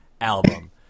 album